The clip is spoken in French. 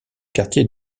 quartier